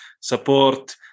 support